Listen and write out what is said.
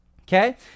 Okay